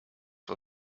vor